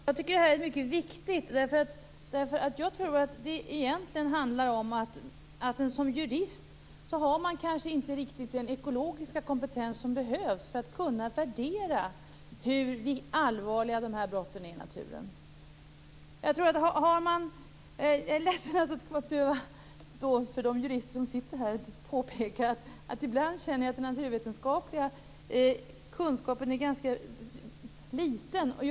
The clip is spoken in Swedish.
Fru talman! Jag tycker att det här är mycket viktigt. Jag tror att det egentligen handlar om att man som jurist inte riktigt har den ekologiska kompetens som behövs för att kunna värdera hur allvarliga de här brotten i naturen är. Jag är ledsen över att för de jurister som sitter här behöva påpeka att jag ibland känner att den naturvetenskapliga kunskapen bland jurister är ganska liten.